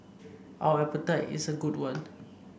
our appetite is a good one